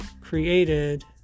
created